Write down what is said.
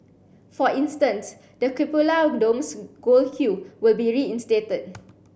for instance the cupola dome's gold hue will be reinstated